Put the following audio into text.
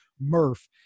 murph